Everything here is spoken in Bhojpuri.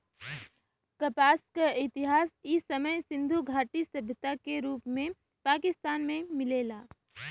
कपास क इतिहास इ समय सिंधु घाटी सभ्यता के रूप में पाकिस्तान में मिलेला